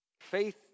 Faith